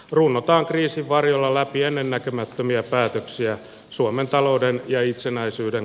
runnotaan kriisin varjolla läpi ennen näkemättömiä päätöksiä suomen talouden ja itsenäisyyden